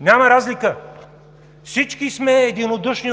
няма разлика, всички сме единодушни,